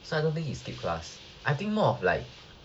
suddenly he skip the class I think more of like